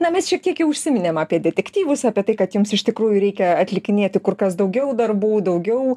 na mes šiek tiek jau užsiminėm apie detektyvus apie tai kad jums iš tikrųjų reikia atlikinėti kur kas daugiau darbų daugiau